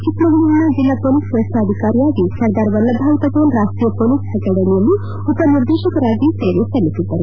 ಚಿಕ್ಕಮಗಳೂರಿನ ಜಿಲ್ಲಾ ಪೊಲೀಸ್ ವರಿಷ್ಠಾಧಿಕಾರಿಯಾಗಿ ಸರ್ದಾರ್ ವಲ್ಲಭಬಾಯ್ ಪಟೇಲ್ ರಾಷ್ಷೀಯ ಪೊಲೀಸ್ ಅಕಾಡೆಮಿಯಲ್ಲಿ ಉಪನಿರ್ದೇಶಕರಾಗಿಯೂ ಸೇವೆ ಸಲ್ಲಿಸಿದ್ದರು